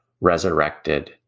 resurrected